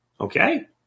Okay